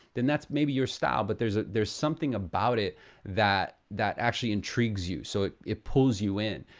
then that's maybe your style. but there's there's something about it that that actually intrigues you so it it pulls you in.